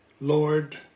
Lord